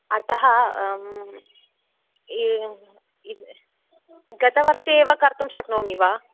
अतः गतवर्षे एव कर्तुं शक्नोमि वा